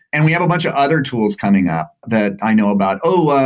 and we have a bunch of other tools coming up that i know about. oh!